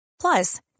Plus